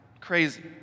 crazy